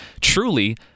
truly